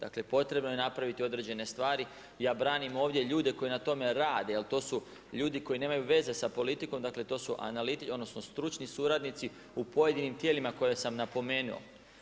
Dakle potrebno je napraviti određene stvari ja branim ovdje ljude koji na tome rade jer to su ljudi koji nemaju veze sa politikom, dakle to su stručni suradnici u pojedinim tijelima koja sam napomenuo.